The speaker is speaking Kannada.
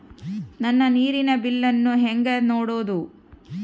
ನನ್ನ ನೇರಿನ ಬಿಲ್ಲನ್ನು ಹೆಂಗ ನೋಡದು?